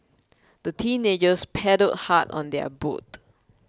the teenagers paddled hard on their boat